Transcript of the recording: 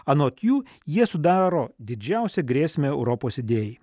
anot jų jie sudaro didžiausią grėsmę europos idėjai